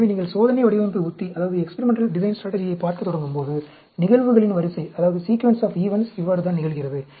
எனவே நீங்கள் சோதனை வடிவமைப்பு உத்தியைப் பார்க்கத் தொடங்கும் போது நிகழ்வுகளின் வரிசை இவ்வாறுதான் நிகழ்கிறது